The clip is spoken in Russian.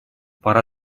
пора